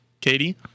Katie